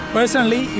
Personally